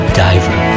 diver